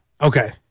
Okay